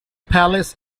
palace